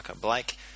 Blake